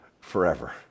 forever